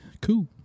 Cool